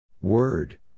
Word